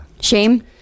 shame